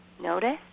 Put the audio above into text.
Notice